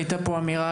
הייתה פה אמירה,